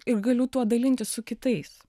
ir galiu tuo dalintis su kitais